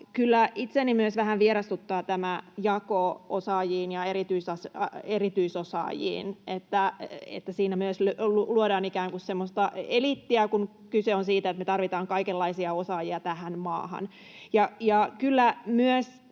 itseäni myös vähän vierastuttaa tämä jako osaajiin ja erityisosaajiin. Siinä myös luodaan ikään kuin semmoista eliittiä, kun kyse on siitä, että me tarvitaan kaikenlaisia osaajia tähän maahan.